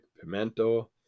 pimento